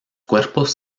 cuerpos